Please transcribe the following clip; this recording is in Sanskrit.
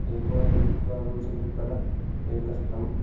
एकोनचत्वारिंशतुत्तर एकशतम्